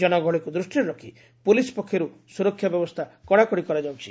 ଜନଗହଳିକୁ ଦୃଷ୍ଟିରେ ରଖ୍ ପୁଲିସ୍ ପକ୍ଷରୁ ସୁରକ୍ଷା ବ୍ୟବସ୍ଥା କଡ଼ାକଡ଼ି କରାଯାଇଛି